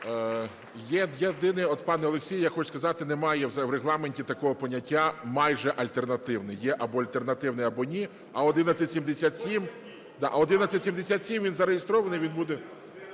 Єдине от, пане Олексію, я хочу сказати, немає в Регламенті такого поняття – майже альтернативний. Є або альтернативний, або ні. А 1177, він зареєстрований.